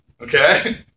Okay